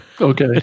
Okay